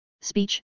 speech